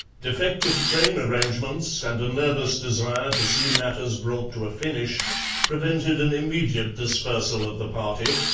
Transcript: defective train arrangements and a nervous desire to see matters brought to a finish prevented an immediate dispersal of the party,